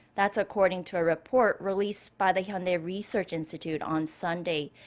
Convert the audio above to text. that's according to a report released by the hyundai research institute on sunday.